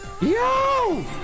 Yo